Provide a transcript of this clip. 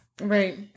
Right